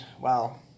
Wow